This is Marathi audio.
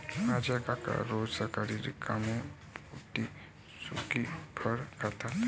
माझे काका रोज सकाळी रिकाम्या पोटी सुकी फळे खातात